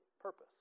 purpose